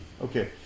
Okay